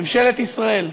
ממשלת ישראל,